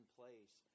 place